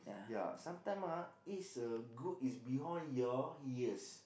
ya sometime ah is a good is behind your ears